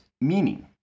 meaning